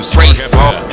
race